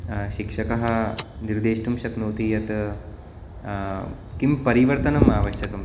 शिक्षकः निर्देष्टुं शक्नोति यत् किं परिवर्तनम् आवश्यकं